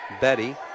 Betty